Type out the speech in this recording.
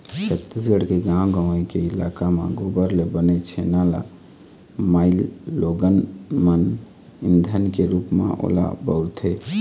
छत्तीसगढ़ के गाँव गंवई के इलाका म गोबर ले बने छेना ल माइलोगन मन ईधन के रुप म ओला बउरथे